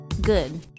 Good